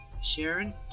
Sharon